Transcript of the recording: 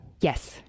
Yes